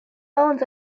owns